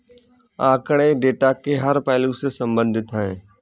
आंकड़े डेटा के हर पहलू से संबंधित है